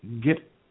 get